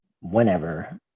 whenever